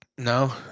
No